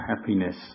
happiness